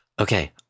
okay